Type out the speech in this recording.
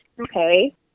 Okay